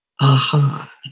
Aha